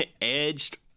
edged